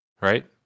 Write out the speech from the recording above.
right